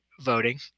voting